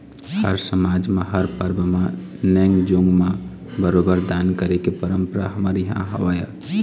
हर समाज म हर परब म नेंग जोंग म बरोबर दान करे के परंपरा हमर इहाँ हवय